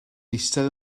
eistedd